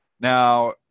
Now